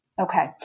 Okay